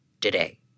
today